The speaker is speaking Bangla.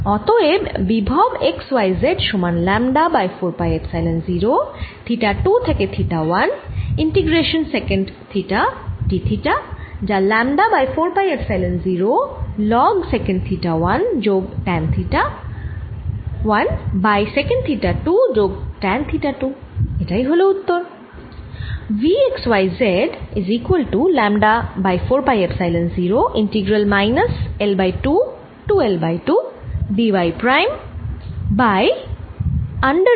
অতএব বিভব V x y z সমান lambda by 4 pi epsilon 0 theta 2 থেকে theta integration secant theta d theta যা lambda by 4 pi epsilon 0 log secant theta 1 যোগ tan theta 1 by secant theta 2 যোগ ট্যান থিটা 2